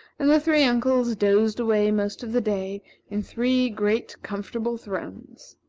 and the three uncles dozed away most of the day in three great comfortable thrones.